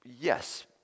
Yes